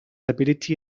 ability